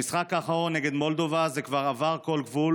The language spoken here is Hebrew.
במשחק האחרון נגד מולדובה זה כבר עבר כל גבול